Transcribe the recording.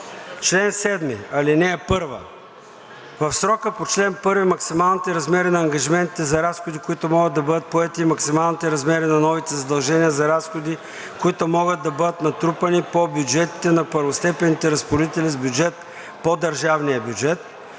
предложения. „Чл. 7. (1) В срока по чл. 1 максималните размери на ангажиментите за разходи, които могат да бъдат поети, и максималните размери на новите задължения за разходи, които могат да бъдат натрупани по бюджетите на първостепенните разпоредители с бюджет по държавния бюджет,